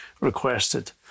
requested